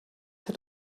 had